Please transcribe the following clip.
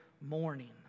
morning